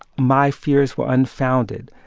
my fears were unfounded.